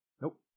Nope